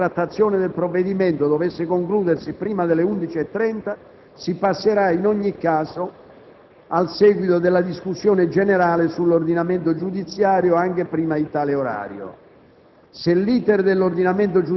con l'avvertenza che, ove la trattazione del provvedimento dovesse concludersi prima delle ore 11,30, si passerà in ogni caso al seguito della discussione generale sull'ordinamento giudiziario anche prima di tale orario.